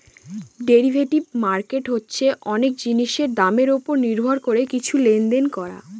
derivative market হচ্ছে অনেক জিনিসের দামের ওপর নির্ভর করে কিছু লেনদেন করা